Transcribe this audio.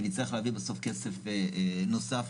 לקחנו כאן מעל שישה דיונים שהיו דיוני עומק ודיונים